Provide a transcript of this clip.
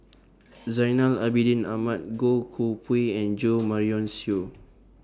Zainal Abidin Ahmad Goh Koh Pui and Jo Marion Seow